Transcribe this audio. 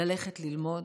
ללכת ללמוד,